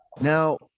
now